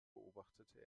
beobachtete